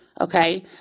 Okay